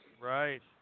Right